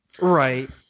right